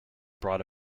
brought